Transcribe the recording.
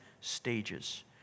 stages